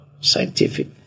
scientific